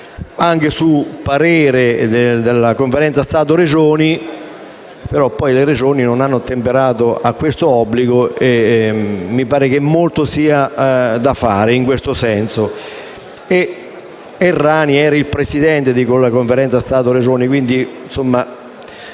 anche il parere della Conferenza Stato-Regioni. Le Regioni però non hanno ottemperato a questo obbligo. Mi pare che molto sia da fare in questo senso. Errani era il presidente di quella Conferenza Stato-Regioni, quindi forse